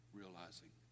realizing